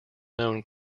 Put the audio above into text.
known